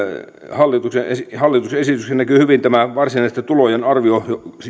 hallituksen hallituksen esityksessä näkyy hyvin varsinaisten tulojen arvio